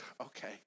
okay